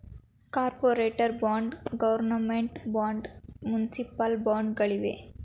corporate bond, government bond, municipal bond ಗಳಿವೆ